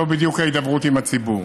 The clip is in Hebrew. זו בדיוק ההידברות עם הציבור.